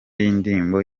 y’indirimbo